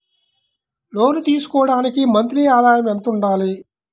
లోను తీసుకోవడానికి మంత్లీ ఆదాయము ఎంత ఉండాలి?